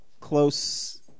close